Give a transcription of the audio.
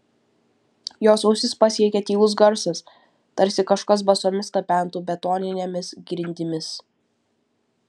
jos ausis pasiekė tylus garsas tarsi kažkas basomis tapentų betoninėmis grindimis